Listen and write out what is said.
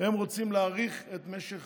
רוצים להאריך את משך